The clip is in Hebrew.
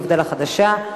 מפד"ל החדשה.